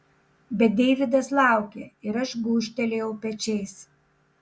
bet deividas laukė ir aš gūžtelėjau pečiais